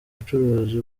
bucuruzi